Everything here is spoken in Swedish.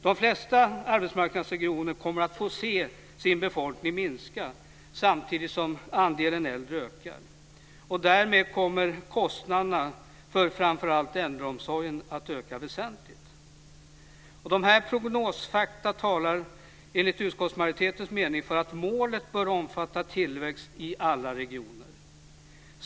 De flesta arbetsmarknadsregioner kommer att få se sin befolkning minska samtidigt som andelen äldre ökar. Därmed kommer kostnaderna för framför allt äldreomsorgen att öka väsentligt. Dessa prognosfakta talar enligt utskottsmajoritetens mening för att målet bör omfatta tillväxt i alla regioner.